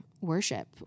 worship